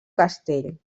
castell